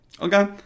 Okay